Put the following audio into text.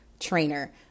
Trainer